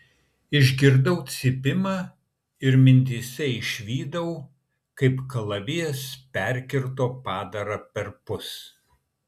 išgirdau cypimą ir mintyse išvydau kaip kalavijas perkirto padarą perpus